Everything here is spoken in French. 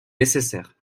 nécessaires